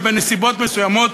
שבנסיבות מסוימות,